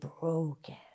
broken